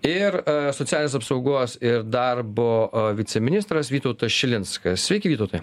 ir socialinės apsaugos ir darbo viceministras vytautas šilinskas sveiki vytautai